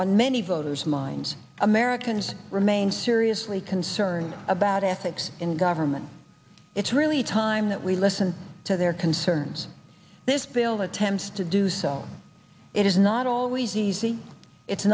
on many voters minds americans remain seriously concerned about ethics in government it's really time that we listen to their concerns this bill attempts to do so it is not always easy it's